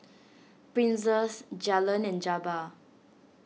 Princess Jalen and Jabbar